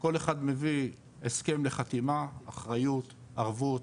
כל אחד מביא הסכם לחתימה, אחריות, ערבות,